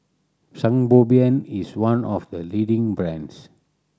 Sangobion is one of the leading brands